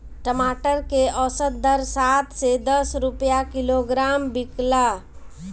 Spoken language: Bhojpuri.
टमाटर के औसत दर सात से दस रुपया किलोग्राम बिकला?